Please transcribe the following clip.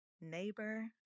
neighbor